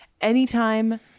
Anytime